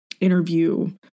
interview